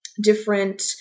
different